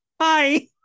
hi